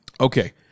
Okay